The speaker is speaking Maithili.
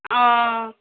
ओ